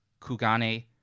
Kugane